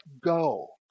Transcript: go